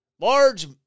large